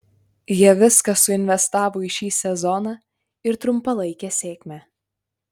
jie viską suinvestavo į šį sezoną ir trumpalaikę sėkmę